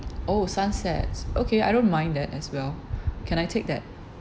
oh sunsets okay I don't mind that as well can I take that